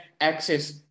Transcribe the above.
access